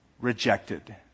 Rejected